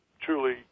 truly